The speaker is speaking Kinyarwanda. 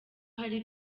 hari